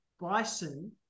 Bison